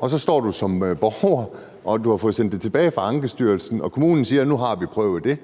og så står du som borger efter at have fået sendt det tilbage fra Ankestyrelsen, og så siger kommunen: Nu har vi prøvet det.